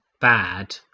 bad